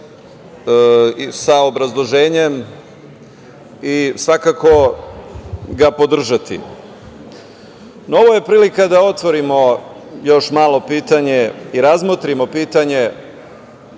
sa obrazloženjem i svakako ga podržati. Ovo je prilika da otvorimo još malo pitanje i razmotrimo pitanje